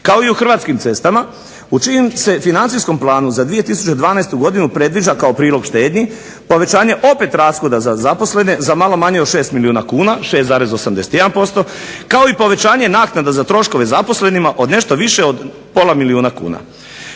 kao i u Hrvatskim cestama u čijem se financijskom planu za 2012. godinu predviđa kao prilog štednji povećanje opet rashoda za zaposlene za malo manje od 6 milijuna kuna, 6,81% kao i povećanje naknada za troškove zaposlenima od nešto više od pola milijuna kuna.